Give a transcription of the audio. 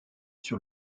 sur